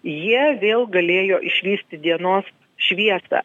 jie vėl galėjo išvysti dienos šviesą